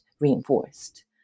reinforced